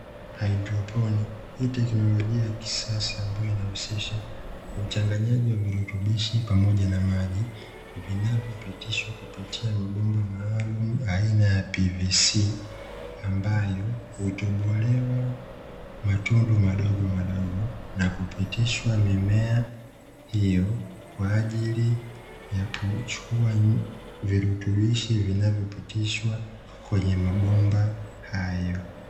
Haidroponi. Hii teknolojia ya kisasa ambayo inayohusisha uchanganyaji wa virutubishi pamoja na maji vinavyopitishwa kupitia mabomba maalumu aina ya PVC; ambayo hutobolewa matundu madogomadogo na kupitishwa mimea hiyo kwa ajili ya kuchukua virutubishi vinavyopitishwa kwenye mabomba hayo.